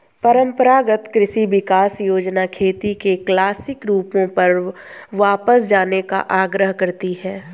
परम्परागत कृषि विकास योजना खेती के क्लासिक रूपों पर वापस जाने का आग्रह करती है